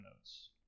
notes